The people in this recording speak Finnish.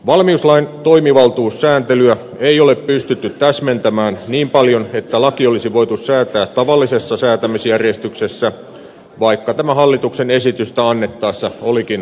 valmiuslain toimivaltuussääntelyä ei ole pystytty täsmentämään niin paljon että laki olisi voitu säätää tavallisessa säätämisjärjestyksessä vaikka tämä hallituksen esitystä annettaessa olikin tarkoituksena